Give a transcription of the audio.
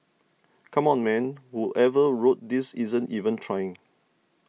come on man whoever wrote this isn't even trying